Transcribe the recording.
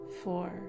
Four